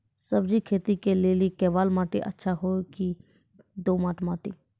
सब्जी खेती के लेली केवाल माटी अच्छा होते की दोमट माटी?